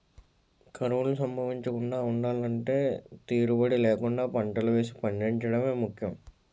కరువులు సంభవించకుండా ఉండలంటే తీరుబడీ లేకుండా పంటలు వేసి పండించడమే ముఖ్యం